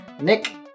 Nick